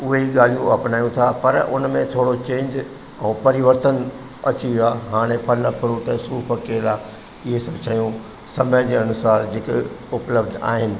उह ई ॻाल्हियूं अपनायूं था पर उन में थोरो चेंज ऐं परिवर्तन अची विया हाणे फल फ्रूट सूफ केला ईअं सभु शयूं समय जे अनुसार जेके उपलब्ध आहिनि